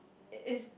it is